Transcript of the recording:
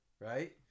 right